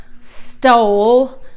stole